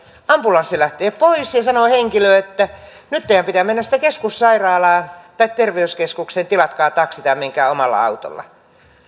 ambulanssi lähtee pois ja sanoo henkilölle että nyt teidän pitää mennä sitten keskussairaalaan tai terveyskeskukseen tilatkaa taksi tai menkää omalla autolla